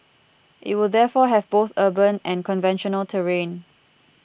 it will therefore have both urban and conventional terrain